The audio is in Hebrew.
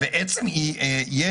אתה לא יכול לצאת מנקודת מוצא שיש